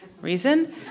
reason